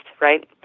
right